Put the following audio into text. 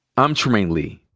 i'm trymaine lee,